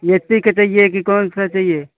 H P का चाहिए कि कौनसा चाहिए